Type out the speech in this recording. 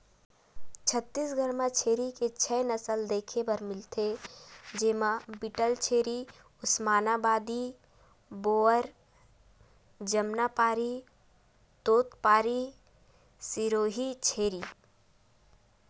छत्तीसगढ़ म छेरी के छै नसल देखे बर मिलथे, जेमा बीटलछेरी, उस्मानाबादी, बोअर, जमनापारी, तोतपारी, सिरोही छेरी